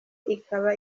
ikaba